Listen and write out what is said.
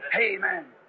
Amen